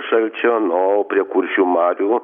šalčio na o prie kuršių marių